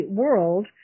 world